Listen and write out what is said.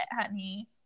honey